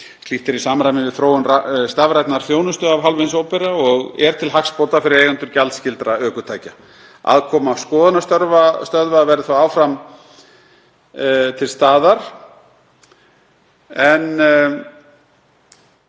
Slíkt er í samræmi við þróun stafrænnar þjónustu af hálfu hins opinbera og er til hagsbóta fyrir eigendur gjaldskyldra ökutækja. Aðkoma skoðunarstöðva verði þó áfram til staðar.